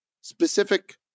specific